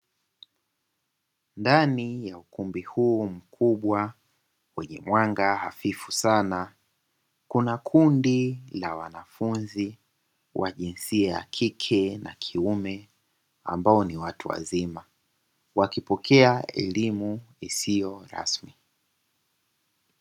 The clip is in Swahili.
Ndani ya ukumbi huu mkubwa, wenye mwanga hafifu sana, kuna kundi la wanafunzi wa jinsia ya kike na kiume ambao ni watu wazima, wakipokea elimu isiyo rasmi.